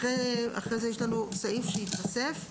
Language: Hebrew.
אחרי כן יש לנו סעיף שהיתוסף: